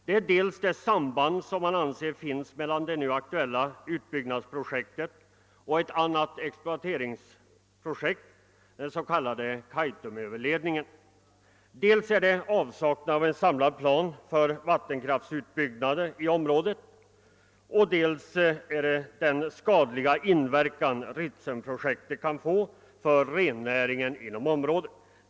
Det andra skälet är det samband, som man anser finns mellan :det hu aktuella utbyggnadsprojektet och ett annat exploateringsprojekt, nämligen den s.k. Kaitumöverledningen. Det tredje skälet är avsaknaden av en samlad plan för vattenkraftsutbyggnaden i 'området och det fjärde är den skadliga inverkan Ritsemprojektet kan få för rennäringen inom området.